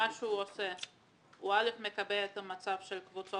הוא מקבע את המצב של קבוצות